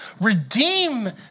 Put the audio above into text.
Redeem